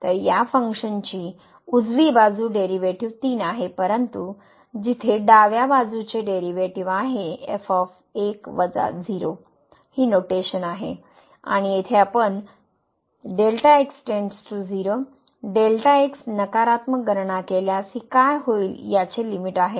तर या फंक्शनची उजवी बाजू डेरिव्हेटिव्ह 3 आहे परंतु जिथे डाव्या बाजूचे डेरिव्हेटिव्ह आहे ही नोटेशन आहे आणि येथे आपण नकारात्मक गणना केल्यास ही काय होईल याचे लिमिट आहे